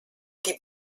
die